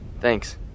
Thanks